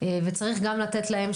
וצריך גם לתת להם,